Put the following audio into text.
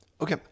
Okay